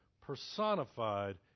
personified